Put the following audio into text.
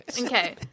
Okay